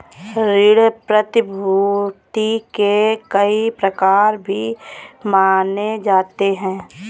ऋण प्रतिभूती के कई प्रकार भी माने जाते रहे हैं